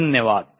धन्यवाद